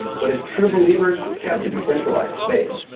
but its true believers kept the decentralized faith.